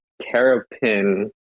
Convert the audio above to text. Terrapin